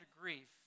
grief